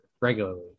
regularly